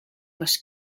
was